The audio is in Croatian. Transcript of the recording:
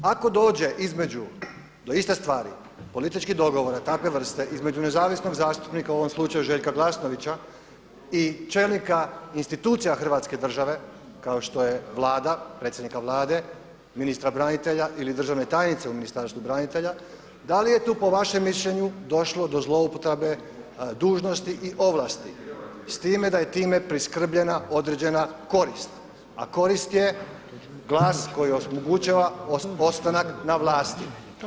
Ako dođe između do iste stvari političkih dogovora takve vrste između nezavisnog zastupnika u ovom slučaju Željka Glasnovića i čelnika institucija Hrvatske države kao što je Vlada, predsjednika Vlade, ministra branitelja ili državne tajnice u Ministarstvu branitelja, da li je tu po vašem mišljenju došlo do zloupotrebe dužnosti i ovlasti s time da je time priskrbljena određena korist, a korist je glas koji omogućava ostanak na vlasti?